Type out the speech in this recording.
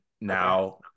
Now